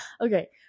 Okay